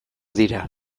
dira